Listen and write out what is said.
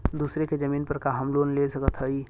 दूसरे के जमीन पर का हम लोन ले सकत हई?